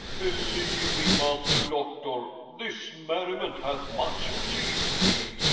believe me, master doctor, this merriment hath much pleased me.